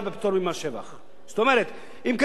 זאת אומרת, אם קנית דירה, נגיד ב-200,000 דולר,